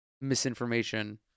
misinformation